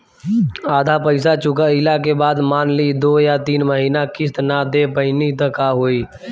आधा पईसा चुकइला के बाद मान ली दो या तीन महिना किश्त ना दे पैनी त का होई?